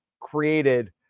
created